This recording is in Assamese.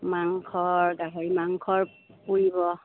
মাংস গাহৰি মাংস পুৰিব